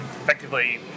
effectively